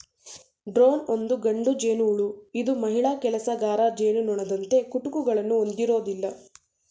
drone ಒಂದು ಗಂಡು ಜೇನುಹುಳು ಇದು ಮಹಿಳಾ ಕೆಲಸಗಾರ ಜೇನುನೊಣದಂತೆ ಕುಟುಕುಗಳನ್ನು ಹೊಂದಿರೋದಿಲ್ಲ